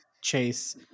chase